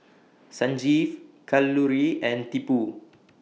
Sanjeev Kalluri and Tipu